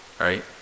right